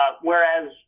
Whereas –